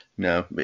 No